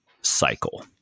cycle